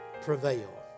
prevail